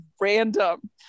random